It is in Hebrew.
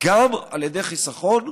גם על ידי חיסכון,